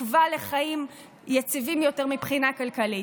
תקווה לחיים יציבים יותר מבחינה כלכלית.